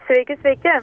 sveiki sveiki